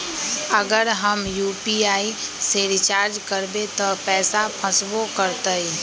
अगर हम यू.पी.आई से रिचार्ज करबै त पैसा फसबो करतई?